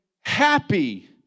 happy